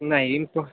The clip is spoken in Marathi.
नाही इन्पो